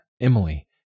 Emily